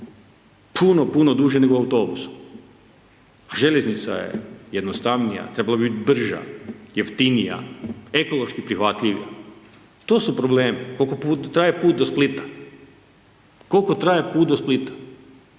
Puno puno duže nego autobusom. Željeznica je jednostavnija, trebalo bi biti brža, jeftinija, ekološki prihvatljivija. To su problemu, koliko traje put do Splita? Koliko traje put do Splita?